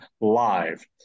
live